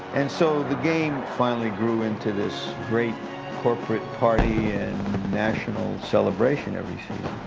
and so the game finally grew into this great corporate party and national celebration every season.